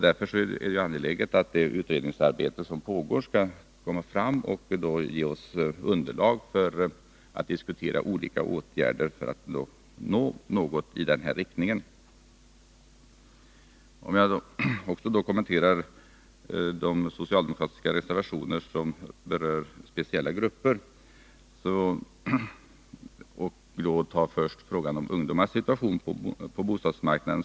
Därför är det angeläget att det utredningsarbete som pågår blir färdigt och ger oss underlag att diskutera olika åtgärder i detta avseende. Jag skall också kommentera de socialdemokratiska reservationer som berör speciella grupper och först ta upp ungdomarnas situation på bostadsmarknaden.